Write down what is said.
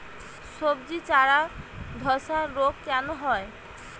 সবজির চারা ধ্বসা রোগ কেন হয়?